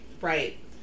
Right